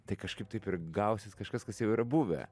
tai kažkaip taip ir gausis kažkas kas jau yra buvę